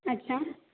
अच्छा